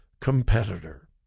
competitor